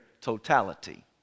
totality